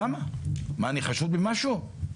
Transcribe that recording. אני חשוד במשהו?